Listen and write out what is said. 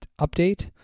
update